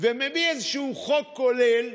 ומביא איזשהו חוק כולל